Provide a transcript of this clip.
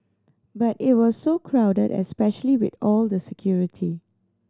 but it was so crowded especially with all the security